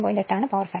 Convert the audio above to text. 8 ആണ് power factor